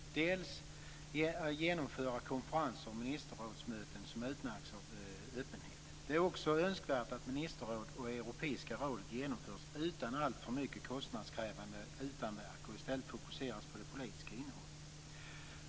Sverige bör genomföra konferenser och ministerrådsmöten som utmärks av öppenhet. Det är också önskvärt att ministerråd och Europeiska rådet genomförs utan alltför mycket kostnadskrävande utanverk och att de i stället fokuseras på det politiska innehållet.